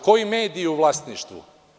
Koji mediji su u vlasništvu?